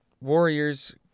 Warriors